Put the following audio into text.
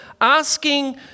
asking